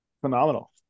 phenomenal